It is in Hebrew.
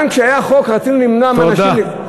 גם כשהיה חוק רצינו למנוע מאנשים, תודה.